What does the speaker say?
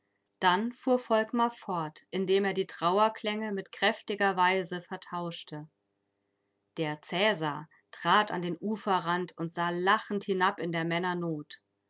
dann fuhr volkmar fort indem er die trauerklänge mit kräftiger weise vertauschte der cäsar trat an den uferrand und sah lachend hinab in der männer not